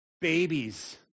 babies